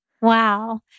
Wow